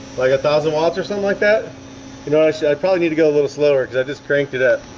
like a thousand watts or something like that, you know, actually i probably need to go a little slower because i just cranked it up